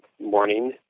morning